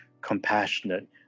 compassionate